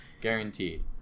guaranteed